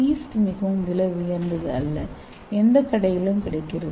east மிகவும் விலை உயர்ந்தது அல்ல எந்த கடையிலும் கிடைக்கிறது